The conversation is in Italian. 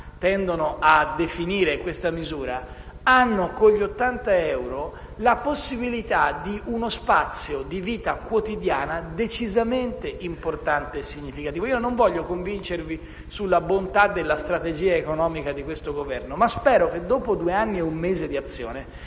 tendono a definire questa misura, hanno con gli ottanta euro la possibilità di uno spazio di vita quotidiana decisamente importante e significativo. Io non voglio convincervi della bontà della strategia economica di questo Governo, ma spero che dopo due anni e un mese di azione